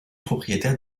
propriétaire